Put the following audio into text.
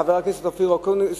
חבר הכנסת אופיר אקוניס,